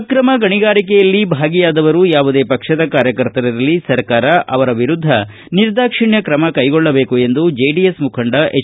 ಆಕ್ರಮ ಗಣಿಗಾರಿಕೆಯಲ್ಲಿ ಭಾಗಿಯಾದವರು ಯಾವುದೇ ಪಕ್ಷದ ಕಾರ್ಯಕರ್ತರಿರಲಿ ಸರ್ಕಾರ ಅವರ ವಿರುದ್ಧ ನಿರ್ದಾಕ್ಷಿಣ್ಣ ತ್ರಮ ಕೈಗೊಳ್ಳದೇಕು ಎಂದು ಜೆಡಿಎಸ್ ಮುಖಂಡ ಎಚ್